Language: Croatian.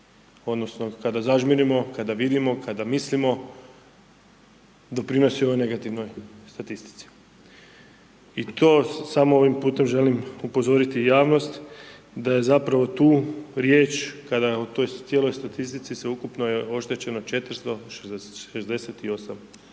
odnosno kada zažmirimo, kada vidimo, kada mislimo, doprinosi ovoj negativnoj statistici. I to, samo ovim putem želim upozoriti javnost da je zapravo tu riječ kada je o toj cijeloj statistici sveukupno je oštećeno 468